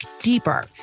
deeper